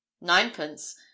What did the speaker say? ninepence